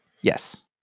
Yes